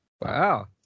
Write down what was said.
Wow